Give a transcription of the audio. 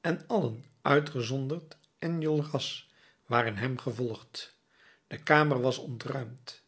en allen uitgezonderd enjolras waren hem gevolgd de kamer was ontruimd